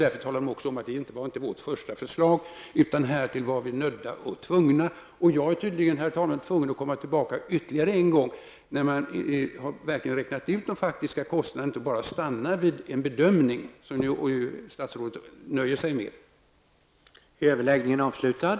Därför talade han också om att det inte var socialdemokraternas första förslag, utan härtill var de nödda och tvungna. Jag är tydligen, herr talman, tvungen att komma tillbaka ytterligare en gång när man verkligen har räknat ut de faktiska kostnaderna och inte bara stannar vid en bedömning, som statsrådet nöjer sig med.